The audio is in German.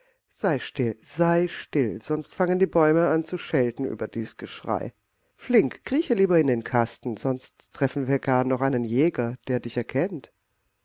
sei still sei still sonst fangen die bäume an zu schelten über dies geschrei flink krieche lieber in den kasten sonst treffen wir gar noch einen jäger der dich erkennt